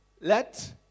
let